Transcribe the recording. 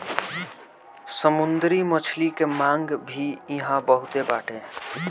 समुंदरी मछली के मांग भी इहां बहुते बाटे